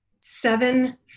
seven